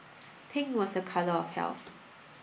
pink was a colour of health